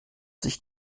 sich